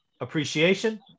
appreciation